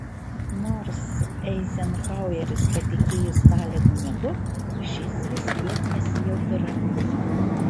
nors eizenhaueris patikėjo stalino melu šis vis tiek nesijautė ramus